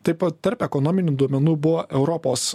taip pat tarp ekonominių duomenų buvo europos